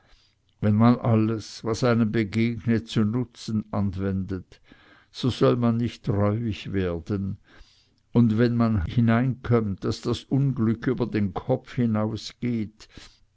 wenn man alles was einem begegnet zu nutzen anwendet so soll man nicht reuig werden und wenn man hineinkömmt daß das unglück über den kopf